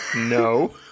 no